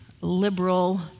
liberal